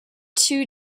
two